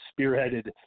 spearheaded